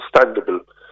understandable